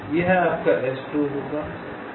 यह आपका S2 होगा